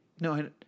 No